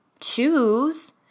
Choose